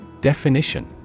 Definition